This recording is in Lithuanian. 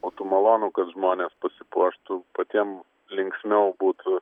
būtų malonu kad žmonės pasipuoštų patiem linksmiau būtų